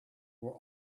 were